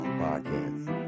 podcast